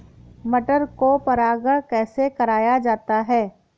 मटर को परागण कैसे कराया जाता है?